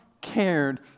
cared